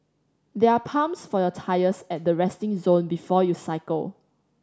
there are pumps for your tyres at the resting zone before you cycle